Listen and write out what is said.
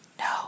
No